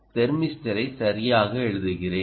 தெர்மிஸ்டரை சரியாக எழுதுகிறேன்